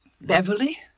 Beverly